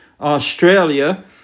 Australia